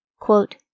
Quote